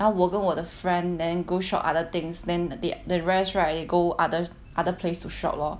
然后我跟我的 friend then go shop other things then the the rest right they go other other place to shop lor